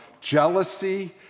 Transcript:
jealousy